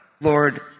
Lord